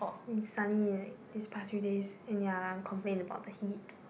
it's been sunny like this past few days and ya I'll complain about the heat